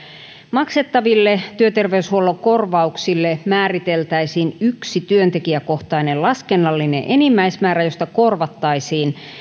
maksettaville työterveyshuollon kor vauksille määriteltäisiin yksi työntekijäkohtainen laskennallinen enimmäismäärä josta korvattaisiin